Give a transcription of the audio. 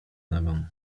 nogą